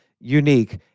unique